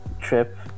trip